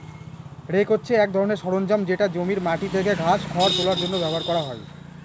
rake হছে এক ধরনের সরঞ্জাম যেটা জমির মাটি থেকে ঘাস, খড় তোলার জন্য ব্যবহার করা হয়